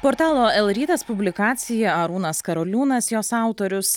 portalo elrytas publikacija arūnas karoliūnas jos autorius